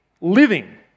living